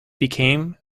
became